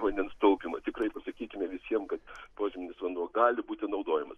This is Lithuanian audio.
vandens taupymo tikrai pasakykime visiem kad požeminis vanduo gali būti naudojamas